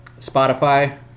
Spotify